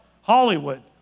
Hollywood